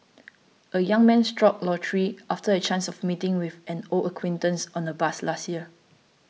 a young man struck lottery after a chance of meeting with an old acquaintance on a bus last year